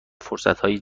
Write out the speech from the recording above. فرصتهای